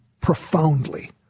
profoundly